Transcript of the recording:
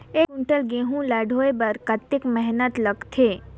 एक कुंटल गहूं ला ढोए बर कतेक मेहनत लगथे?